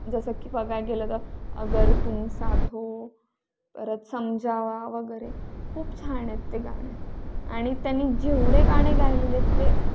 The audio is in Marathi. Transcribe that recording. जसं की बघाय गेलं तर अगर तुम साथ हो परत समझावां वगैरे खूप छान आहेत ते गाणे आणि त्यांनी जेवढे गाणे गायलेले आहेत ते